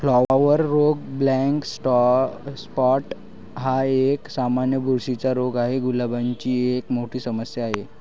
flower रोग black spot हा एक, सामान्य बुरशीचा रोग आहे, गुलाबाची एक मोठी समस्या आहे